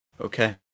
Okay